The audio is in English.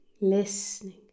listening